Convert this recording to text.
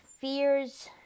fears